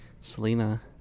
Selena